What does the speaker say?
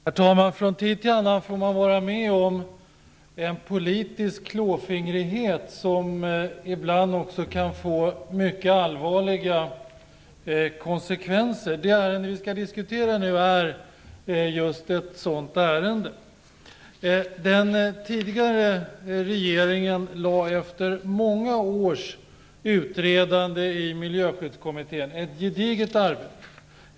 Herr talman! Från tid till annan får man vara med om en politisk klåfingrighet som ibland kan få mycket allvarliga konsekvenser. Det vi nu skall diskutera är just ett sådant ärende. Den tidigare regeringen presenterade efter många års utredande i Miljöskyddskommittén ett gediget arbete.